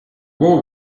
boy